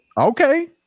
Okay